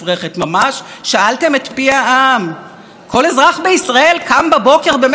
כל אזרח בישראל קם בבוקר במשך שנים ואמר: אני חייב חוק לאום כאן ועכשיו,